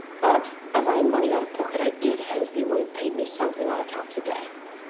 but as i am money out of pocket i did hope you would have paid me something on account to-day.